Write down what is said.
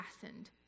fastened